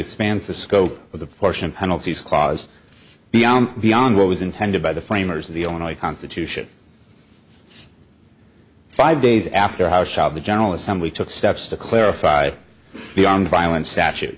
expands the scope of the portion penalties clause beyond beyond what was intended by the framers of the only constitution five days after how shall the general assembly took steps to clarify beyond violence statu